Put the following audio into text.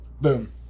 Boom